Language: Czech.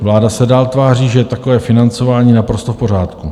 Vláda se dál tváří, že takové financování je naprosto v pořádku.